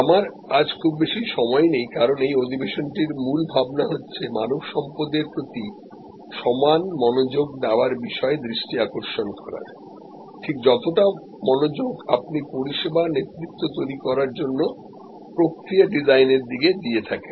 আমার আজ খুব বেশি সময় নেই কারণ এই অধিবেশনটির মূল ভাবনা হচ্ছে মানব সম্পদের প্রতি সমান মনোযোগ দেওয়ার বিষয়ে দৃষ্টি আকর্ষণ করার ঠিক যতটা মনোযোগ আপনি পরিষেবা নেতৃত্ব তৈরি করার জন্য প্রক্রিয়া ডিজাইনের দিকে দিয়ে থাকেন